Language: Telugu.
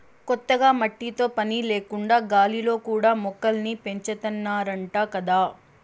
కొత్తగా మట్టితో పని లేకుండా గాలిలో కూడా మొక్కల్ని పెంచాతన్నారంట గదా